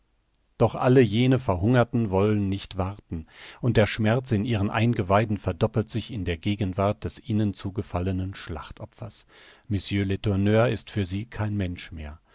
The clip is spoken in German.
doch alle jene verhungerten wollen nicht warten und der schmerz in ihren eingeweiden verdoppelt sich in gegenwart des ihnen zugefallenen schlachtopfers mr letourneur ist für sie kein mensch mehr